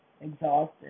exhausted